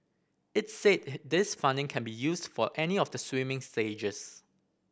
it said this funding can be used for any of the swimming stages